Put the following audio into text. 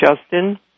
Justin